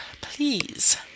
please